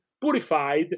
purified